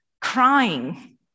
crying